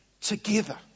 together